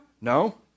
No